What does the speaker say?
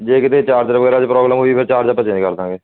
ਜੇ ਕਿਤੇ ਚਾਰਜਰ ਵਗੈਰਾ 'ਚ ਪ੍ਰੋਬਲਮ ਹੋਈ ਚਾਰਜਰ ਚੇਂਜ ਕਰ ਦਵਾਂਗੇ